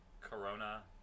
corona